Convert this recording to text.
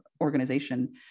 organization